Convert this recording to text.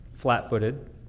Flat-footed